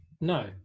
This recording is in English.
no